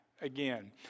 again